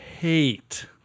hate